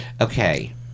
Okay